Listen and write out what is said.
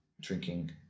drinking